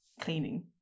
cleaning